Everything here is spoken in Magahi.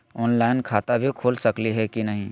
ऑनलाइन खाता भी खुल सकली है कि नही?